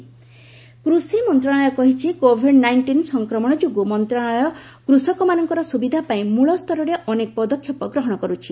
ସମର rice sowing କୃଷି ମନ୍ତ୍ରଣାଳୟ କହିଛି କୋଭିଡ ନାଇଷ୍ଟିନ୍ ସଂକ୍ରମଣ ଯୋଗୁଁ ମନ୍ତ୍ରଣାଳୟ କୃଷକମାନଙ୍କର ସୁବିଧା ପଇଁ ମୂଳ ସ୍ତରରେ ଅନେକ ପଦକ୍ଷେପ ଗ୍ରହଣ କରୁଛି